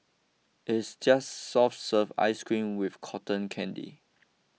it's just soft serve ice cream with cotton candy